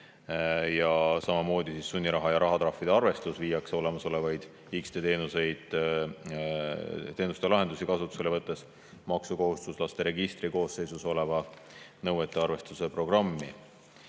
Samamoodi viiakse sunniraha ja rahatrahvide arvestus olemasolevaid X-tee teenuste lahendusi kasutusele võttes maksukohustuslaste registri koosseisus olevasse nõuete arvestuse programmi.